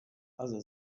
other